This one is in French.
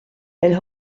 elle